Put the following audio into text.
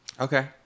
Okay